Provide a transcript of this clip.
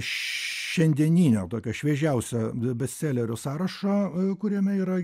šiandieninio tokio šviežiausio bestselerių sąrašo kuriame yra